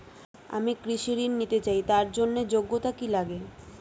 আমি কৃষি ঋণ নিতে চাই তার জন্য যোগ্যতা কি লাগে?